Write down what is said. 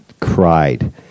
Cried